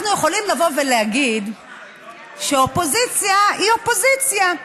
אנחנו יכולים לבוא ולהגיד שאופוזיציה היא אופוזיציה,